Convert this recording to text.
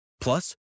Plus